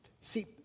See